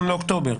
באוקטובר.